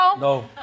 No